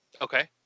okay